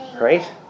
right